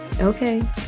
Okay